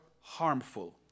harmful